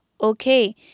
okay